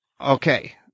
okay